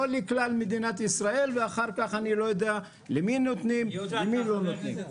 לא לכלל מדינת ישראל ואחר כך אני לא יודע למי נותנים ולמי לא נותנים.